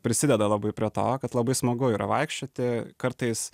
prisideda labai prie to kad labai smagu yra vaikščioti kartais